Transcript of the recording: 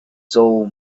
soul